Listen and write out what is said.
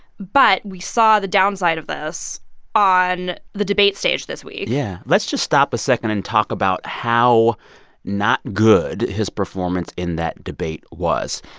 but we saw the downside of this on the debate stage this week yeah. let's just stop a second and talk about how not good his performance in that debate was.